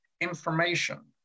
information